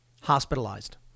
hospitalized